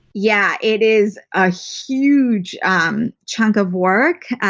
yeah, it is a huge um chunk of work.